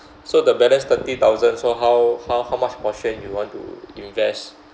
so the balance thirty thousand so how how how much portion you want to invest